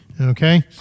Okay